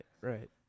Right